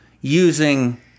Using